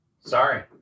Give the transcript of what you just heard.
sorry